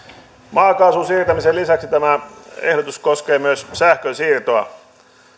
maakaasun siirtämisen lisäksi tämä ehdotus koskee myös sähkönsiirtoa